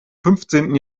fünfzehnten